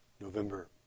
November